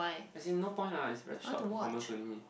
as in no point lah it's very short performance only